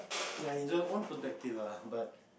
ya one perspective lah but